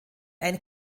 ein